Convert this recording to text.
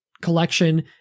collection